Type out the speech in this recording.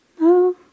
no